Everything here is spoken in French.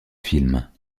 films